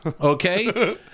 okay